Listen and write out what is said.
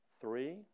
Three